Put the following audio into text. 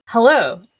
Hello